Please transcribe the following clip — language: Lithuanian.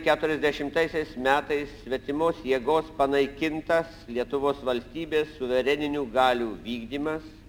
keturiasdiašimtaisiais metais svetimos jėgos panaikintas lietuvos valstybės suvereninių galių vykdymas